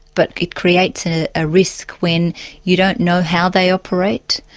but it creates a ah risk when you don't know how they operate,